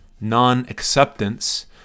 non-acceptance